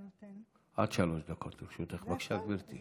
עד שלוש דקות לרשותך, בבקשה, גברתי.